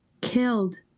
killed